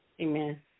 Amen